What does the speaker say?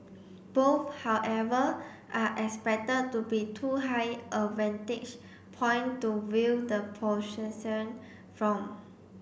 both however are expected to be too high a vantage point to view the procession from